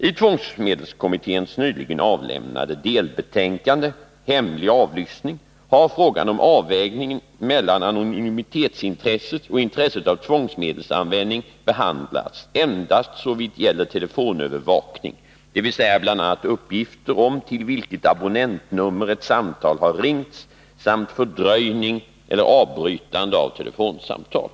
I tvångsmedelskommitténs nyligen avlämnade delbetänkande Hemlig avlyssning har frågan om avvägningen mellan anonymitets Fredagen den intresset och intresset av tvångsmedelsanvändning behandlats endast såvitt 11 december 1981 gäller telefonövervakning, dvs. bl.a. uppgifter om till vilket abonnentnummer ett samtal har ringts samt fördröjning eller avbrytande av telefonsamtal.